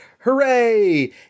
Hooray